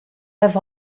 i’ve